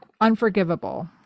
unforgivable